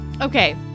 Okay